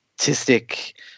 Artistic